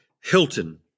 Hilton